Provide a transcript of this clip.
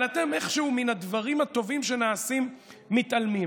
אבל אתם איכשהו מן הדברים הטובים שנעשים מתעלמים.